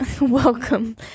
Welcome